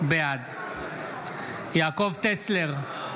בעד יעקב טסלר,